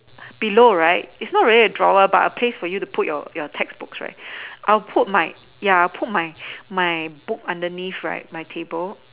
below right it's not really a drawer but a place for you to put your textbooks right I'll put my ya I put my my book underneath right my table